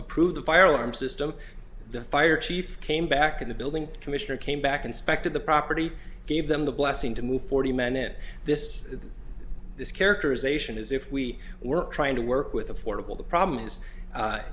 approve the fire alarm system the fire chief came back in the building commissioner came back inspected the property gave them the blessing to move forty men in this this characterization is if we were trying to work with affordable the problem